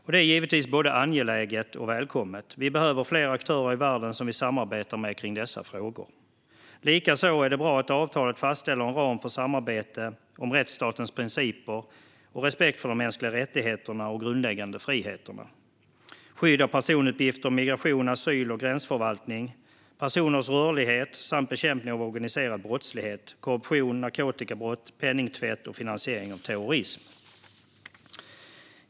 Detta är givetvis både angeläget och välkommet. Vi behöver fler aktörer i världen som vi samarbetar med kring dessa frågor. Likaså är det bra att avtalet fastställer en ram för samarbete om rättsstatens principer och respekt för de mänskliga rättigheterna och grundläggande friheterna, skydd av personuppgifter, migration, asyl och gränsförvaltning, personers rörlighet samt bekämpning av organiserad brottslighet, korruption, narkotikabrott, penningtvätt och finansiering av terrorism.